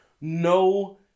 no